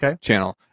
Channel